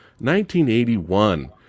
1981